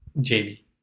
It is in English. Jamie